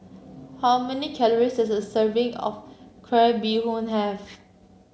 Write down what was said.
how many calories does a serving of Crab Bee Hoon have